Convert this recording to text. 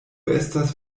estas